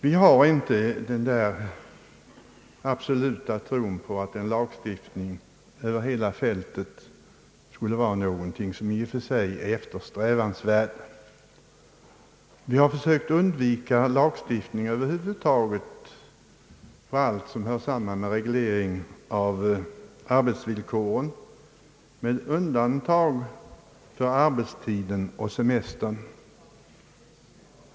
Vi har inte den absoluta tron på att en lagstiftning över hela fältet skulle vara något som i och för sig är eftersträvansvärt. Vi har över huvud taget försökt undvika lagstiftning i fråga om allt som hör samman med reglering av arbetsvillkoren — med undantag för arbetstiden och semestern.